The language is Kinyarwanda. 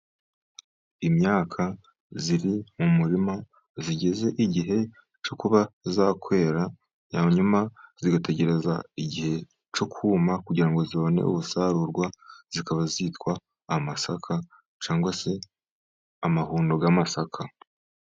Imyaka iri mu murima igeze igihe cyo kuba yakwera, hanyuma igategereza igihe cyo kuma kugira ngo ibone ubusarurwa. Ikaba yitwa amasaka cyangwa se amahundo y'amasaka.